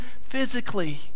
physically